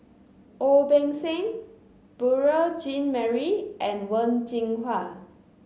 Ong Beng Seng Beurel Jean Marie and Wen Jinhua